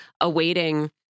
awaiting